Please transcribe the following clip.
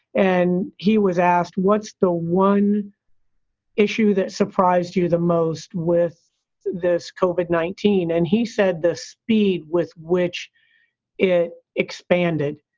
and he was asked, what's the one issue that surprised you the most with this cobh at nineteen? and he said the speed with which it expanded,